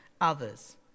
others